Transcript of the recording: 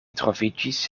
troviĝis